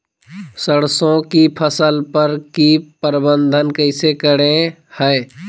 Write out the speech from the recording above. सरसों की फसल पर की प्रबंधन कैसे करें हैय?